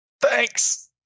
Thanks